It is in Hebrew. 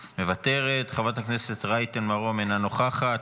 מוותרת, חברת הכנסת רייטן מרום, אינה נוכחת.